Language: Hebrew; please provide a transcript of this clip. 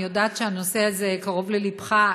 אני יודעת שהנושא הזה קרוב ללבך,